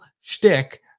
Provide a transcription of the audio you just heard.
shtick